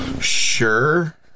Sure